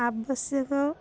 ଆବଶ୍ୟକ